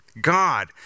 God